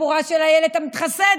סיפורה של אילת המתחסדת,